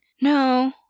no